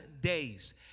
days